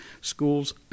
schools